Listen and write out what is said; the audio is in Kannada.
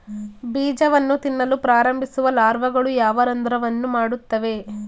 ಬೀಜವನ್ನು ತಿನ್ನಲು ಪ್ರಾರಂಭಿಸುವ ಲಾರ್ವಾಗಳು ಯಾವ ರಂಧ್ರವನ್ನು ಮಾಡುತ್ತವೆ?